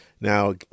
Now